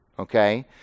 Okay